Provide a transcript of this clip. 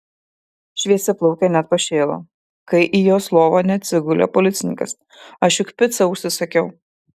šviesiaplaukė net pašėlo kai į jos lovą neatsigulė policininkas aš juk picą užsisakiau